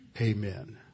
Amen